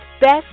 Best